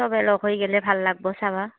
চবে লগ হৈ গ'লে ভাল লাগিব চােৱা